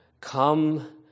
come